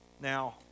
Now